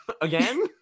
Again